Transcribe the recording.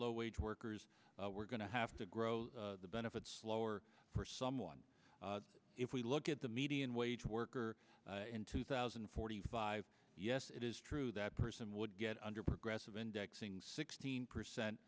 low wage workers we're going to have to grow the benefits lower for someone if we look at the median wage worker in two thousand and forty five yes it is true that person would get under progressive indexing sixteen percent